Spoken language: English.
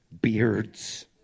beards